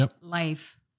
life